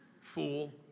fool